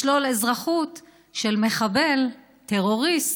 לשלול אזרחות של מחבל, טרוריסט,